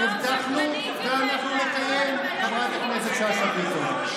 הבטחנו, ואנחנו נקיים, חברת הכנסת שאשא ביטון.